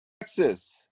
Texas